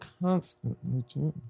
Constantly